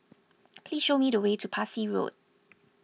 please show me the way to Parsi Road